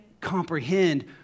comprehend